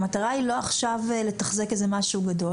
המטרה היא לא לתחזק איזה משהו גדול,